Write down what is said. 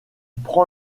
prend